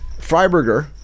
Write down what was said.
Freiberger